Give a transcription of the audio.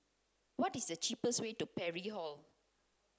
what is the cheapest way to Parry Hall